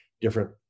different